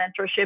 mentorship